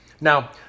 Now